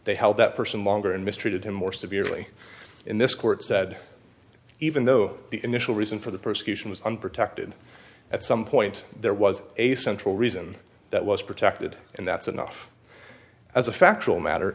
they held that person longer and mistreated him or severely in this court said even though the initial reason for the persecution was unprotected at some point there was a central reason that was protected and that's enough as a factual matter